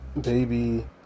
baby